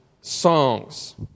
songs